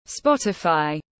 Spotify